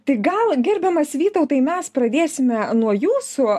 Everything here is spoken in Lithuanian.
tai gal gerbiamas vytautai mes pradėsime nuo jūsų